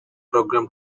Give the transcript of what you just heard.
program